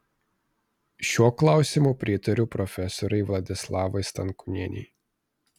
šiuo klausimu pritariu profesorei vladislavai stankūnienei